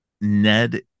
Ned